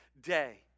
day